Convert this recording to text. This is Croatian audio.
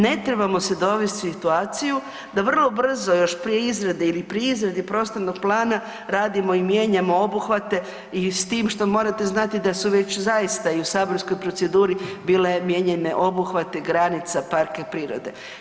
Ne trebamo se dovesti u situaciju da vrlo brzo još prije izrade ili pri izradi prostornog plana radimo i mijenjamo obuhvate i s tim što morate znati da su već i u saborskoj proceduri bile mijenjane obuhvate granica parka prirode.